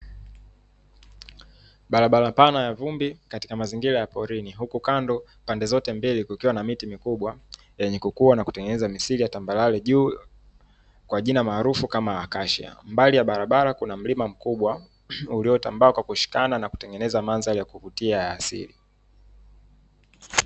Barabara pana ya vumbi katika mazingira ya porini, huku kando pande zote mbili kukiwa na miti mikubwa yenye kukua na kutengeneza misingi ya tambarare juu kwa jina maarufu kama akashia, mbali ya barabara kuna mlima mkumbwa uliotambaa kwa kushikana na kutengeneza mandhari yakuvutia ya asili.